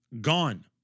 gone